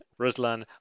Ruslan